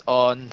on